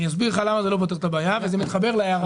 אני אסביר לך למה זה לא פותר את הבעיה אבל זה מתחבר להערה.